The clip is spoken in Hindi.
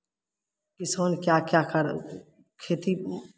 किसान क्या क्या कर खेती